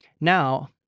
Now